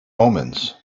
omens